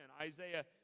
Isaiah